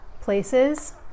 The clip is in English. places